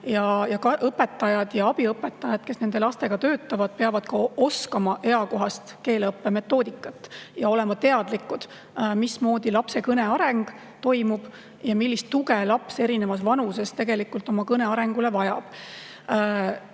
õpetajad ja abiõpetajad, kes nende lastega töötavad, peavad oskama eakohast keeleõppe metoodikat, olema teadlikud, mismoodi lapse kõne areng toimub ja millist tuge laps eri vanuses tegelikult oma kõne arengule vajab.